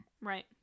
Right